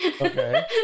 Okay